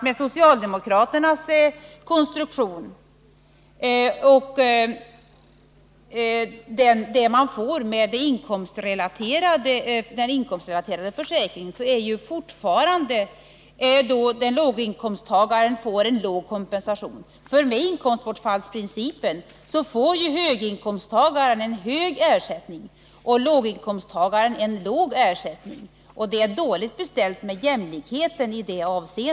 Med socialdemokraternas konstruktion och det resultat man får med en inkomstrelaterad försäkring, Doris Håvik, får ju låginkomsttagaren fortfarande en låg kompensation. Genom inkomstbortfallsprincipen får höginkomsttagaren en hög ersättning och låginkomsttagaren en låg ersättning. Då är det dåligt beställt med jämlikheten.